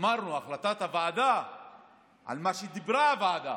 אמרנו: החלטת הוועדה על מה שדיברה הוועדה,